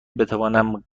بتوانم